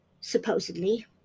supposedly